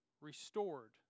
restored